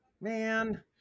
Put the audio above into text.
man